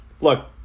Look